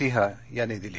सिंह यन्नी दिली